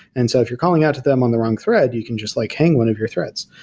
and so if you're calling out to them on the wrong thread, you can just like hang one of your threads.